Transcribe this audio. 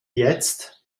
jetzt